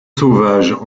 sauvages